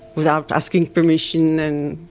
without asking permission. and,